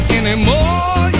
anymore